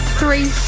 three